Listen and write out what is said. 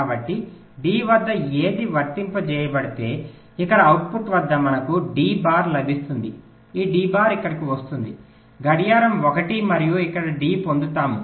కాబట్టి D వద్ద ఏది వర్తింపజేయబడితే ఇక్కడ అవుట్పుట్ వద్ద మనకు D బార్ లభిస్తుంది ఈ D బార్ ఇక్కడకు వస్తుంది గడియారం 1 మరియు ఇక్కడ D పొందుతాము